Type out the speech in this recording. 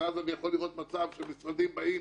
ואז אני יכול לראות מצב שמשרדים באים,